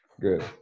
Good